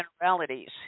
generalities